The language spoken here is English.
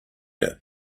air